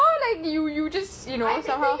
ah like you you you just you know somehow